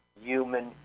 human